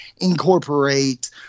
incorporate